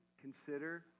consider